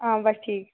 आं बस ठीक